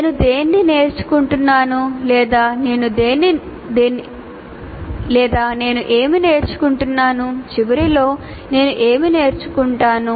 నేను దీన్ని ఎందుకు నేర్చుకుంటున్నాను లేదా నేను ఏమి నేర్చుకుంటున్నాను చివరిలో నేను ఏమి నేర్చుకుంటున్నాను